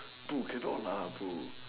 bro cannot lah bro